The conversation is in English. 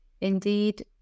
indeed